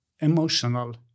emotional